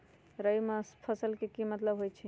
रबी फसल के की मतलब होई छई?